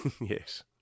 Yes